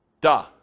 Duh